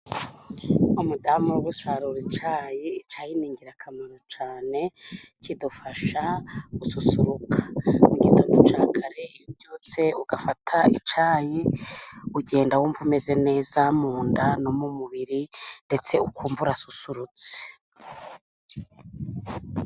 Umudamu uri gusarura icyayi, icyayi ni ingirakamaro cyane kidufasha gususururuka mu gitondo cya kare ,iyo ubyutse ugafata icyayi ugenda wumva umeze neza mu nda no mu mubiri ndetse ukumva urasusurutse.